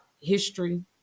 history